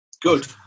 Good